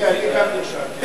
אני, גם אני נרשמתי.